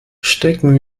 stecken